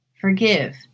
Forgive